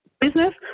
business